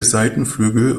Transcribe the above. seitenflügel